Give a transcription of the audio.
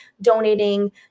donating